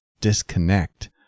disconnect